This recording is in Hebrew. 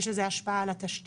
יש לזה השפעה על התשתיות.